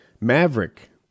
maverick